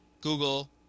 Google